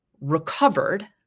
recovered